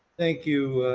thank you,